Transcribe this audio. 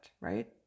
right